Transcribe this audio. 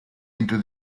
into